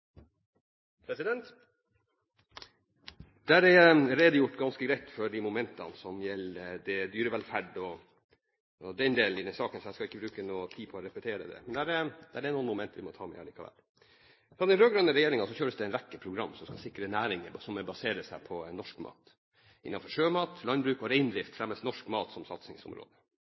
jeg skal ikke bruke tid på å repetere det. Men det er noen momenter vi må ta med likevel. Fra den rød-grønne regjeringen kjøres det en rekke programmer som skal sikre næringer som baserer seg på norsk mat. Innenfor sjømat, landbruk og reindrift fremmes norsk mat som satsingsområde.